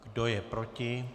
Kdo je proti?